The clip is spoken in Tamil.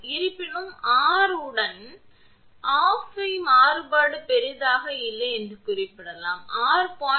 இருப்பினும் r உடன் of இன் மாறுபாடு பெரிதாக இல்லை என்பதைக் குறிப்பிடலாம் r 0